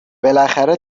بالاخره